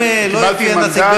אם לא יופיע נציג,